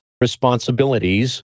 responsibilities